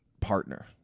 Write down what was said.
partner